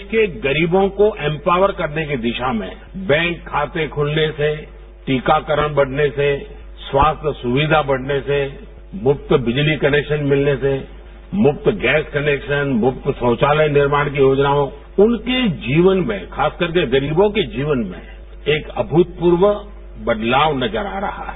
देश के गरीबों को एम्पावर करने की दिशा में बैंक खाते खुलने से टीकाकरण बढ़ने से स्वास्थ्य सुविधा बढ़ने से मुफ्त बिजली कनेक्शन मिलने से मुफ्त गैस कनेक्शन मुफ्त शौचालय निर्माण की योजनाओं से उनके जीवन में खास करके गरीबों के जीवन में एक अभूतपूर्व बदलाव नजर आ रहा है